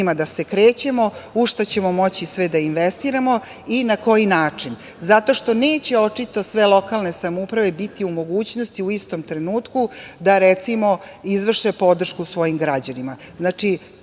da se krećemo, u šta ćemo moći sve da investiramo i na koji način, zato što neće očito sve lokalne samouprave biti u mogućnosti u istom trenutku da, recimo, izvrše podršku svojim građanima.